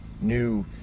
new